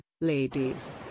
ladies